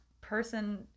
person